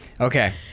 Okay